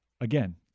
Again